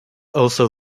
also